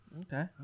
Okay